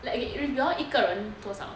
like if you all 一个人多少